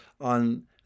on